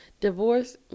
divorce